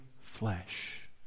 flesh